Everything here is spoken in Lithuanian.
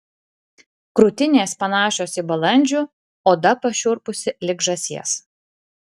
krūtinės panašios į balandžio oda pašiurpusi lyg žąsies